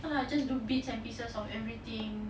no lah just do bits and pieces of everything